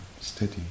steady